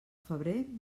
febrer